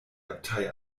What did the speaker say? abtei